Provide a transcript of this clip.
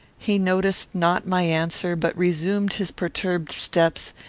he noticed not my answer, but resumed his perturbed steps,